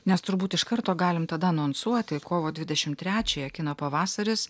nes turbūt iš karto galim tada anonsuoti kovo dvidešim trečiąją kino pavasaris